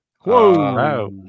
Whoa